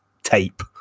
tape